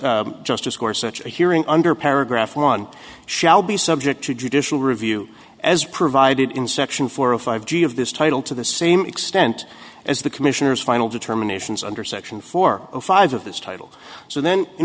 reference just to score such a hearing under paragraph one shall be subject to judicial review as provided in section four of five g of this title to the same extent as the commissioner's final determinations under section four or five of this title so then in